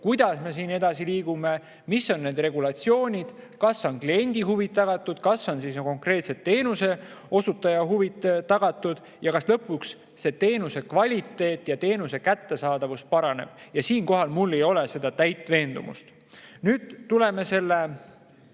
kuidas me siin edasi liigume, mis on need regulatsioonid, kas on kliendi huvid tagatud, kas on konkreetsed teenuseosutaja huvid tagatud ja kas lõpuks see teenuse kvaliteet ja teenuse kättesaadavus paraneb. Siinkohal mul ei ole täit veendumust. Nüüd tuleme veel